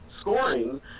scoring